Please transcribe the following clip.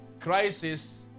Crisis